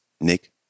Nick